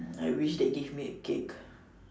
I wish they gave me a cake